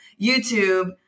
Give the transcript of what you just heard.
YouTube